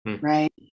right